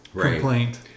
complaint